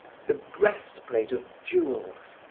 the breastplate of jewels,